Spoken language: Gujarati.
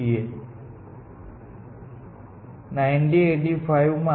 આ 1985 માં પણ હતું અને IDA નો અર્થ છે iterative deeping A iterative deeping A